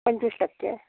पंचवीस टक्के